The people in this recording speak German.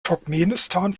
turkmenistan